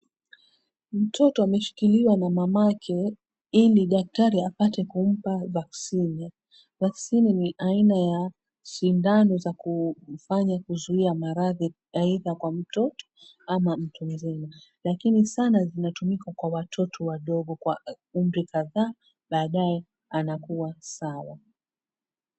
Mtoto ameshikiliwa na mamake ili daktari aweze kumpa vaccine . Vaccine ni aina ya sindano za kufanya kuzuia maradhi aidha kwa mtoto ama mtu mzima lakini sana zinatumika kwa watoto wadogo kwa umri kadhaa baadaye anakua sawa.